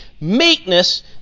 meekness